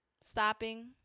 stopping